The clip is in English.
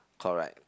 correct